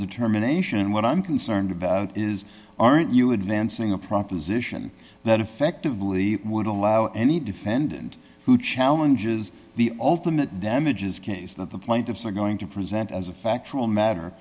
determination and what i'm concerned about is aren't you advancing a proposition that effectively would allow any defendant who challenges the ultimate damages case that the plaintiffs are going to present as a factual matter